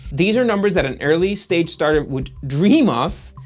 these are numbers that an early-stage startup would dream of,